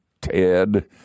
TED